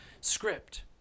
script